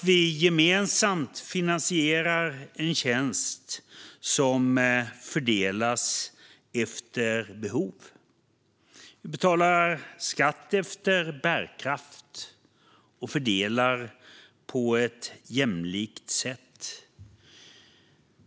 Vi finansierar gemensamt en tjänst som fördelas efter behov. Vi betalar skatt efter bärkraft och fördelar på ett jämlikt sätt.